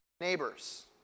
neighbors